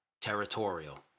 Territorial